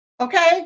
Okay